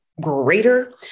greater